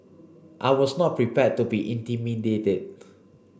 I was not prepared to be intimidated